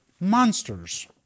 Monsters